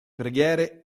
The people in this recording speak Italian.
preghiere